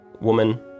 woman